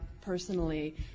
personally